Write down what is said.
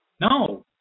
no